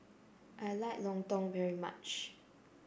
I like Lontong very much